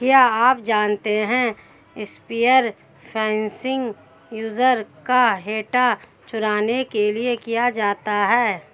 क्या आप जानते है स्पीयर फिशिंग यूजर का डेटा चुराने के लिए किया जाता है?